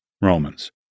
Romans